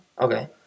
Okay